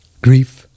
grief